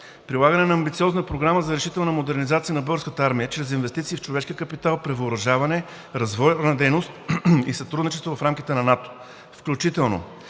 прилагане на амбициозна програма за решителна модернизация на Българската армия чрез инвестиции в човешки капитал, превъоръжаване, развойна дейност и сътрудничество в рамките на НАТО, включително